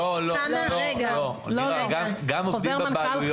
לא, לא, לא, לא, נירה, גם העובדים בבעלויות.